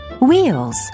Wheels